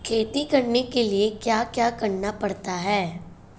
खेती करने के लिए क्या क्या करना पड़ता है?